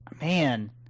man